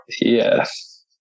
Yes